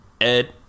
Ed